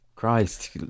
christ